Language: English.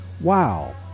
wow